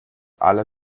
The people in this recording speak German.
alle